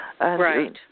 Right